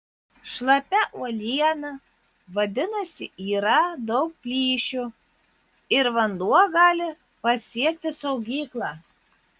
šlapia uoliena vadinasi yra daug plyšių ir vanduo gali pasiekti saugyklą